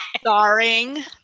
Starring